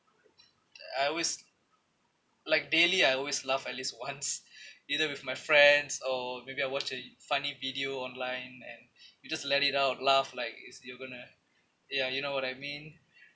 I always like daily I always laugh at least once either with my friends or maybe I watch a funny video online and you just let it out laugh like is you're going to ya you know what I mean